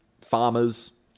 Farmers